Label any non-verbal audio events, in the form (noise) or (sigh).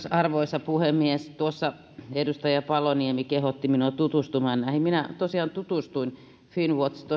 (unintelligible) arvoisa puhemies edustaja paloniemi kehotti minua tutustumaan näihin minä tosiaan tutustuin finnwatch